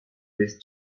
with